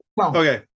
Okay